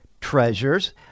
treasures